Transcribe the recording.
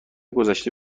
گذشته